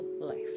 life